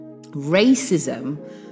Racism